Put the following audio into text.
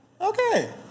okay